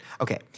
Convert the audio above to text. Okay